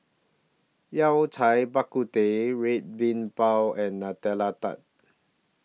Yao Cai Bak Kut Teh Red Bean Bao and Nutella Tart